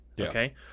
Okay